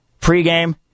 pregame